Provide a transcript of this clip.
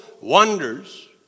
wonders